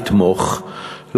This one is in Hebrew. לתמוך,